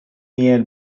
near